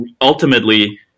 ultimately